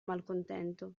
malcontento